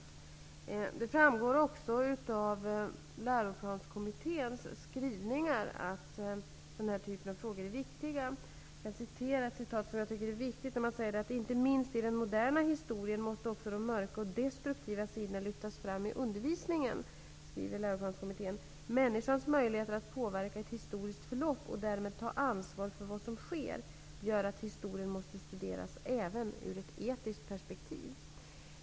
Vidare framgår det av Läroplanskommitténs skrivningar att den här typen av frågor är viktiga. Man säger t.ex.: Inte minst i den moderna historien måste också de mörka och destruktiva sidorna lyftas fram i undervisningen. Människans möjligheter att påverka ett historiskt förlopp och därmed ta ansvar för vad som sker gör att historien måste studeras även ur ett etiskt perspektiv.